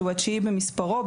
שהוא התשיעי במספרו,